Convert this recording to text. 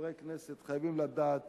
כחברי כנסת חייבים לדעת